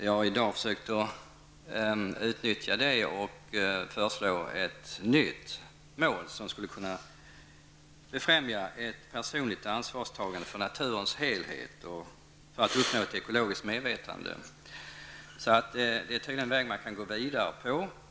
Jag har i dag försökt utnyttja detta och föreslå ett nytt mål som skulle kunna befrämja ett personligt ansvarstagande för naturens helhet och för att uppnå ett ekologiskt medvetande. Det är tydligen en väg man kan gå vidare på.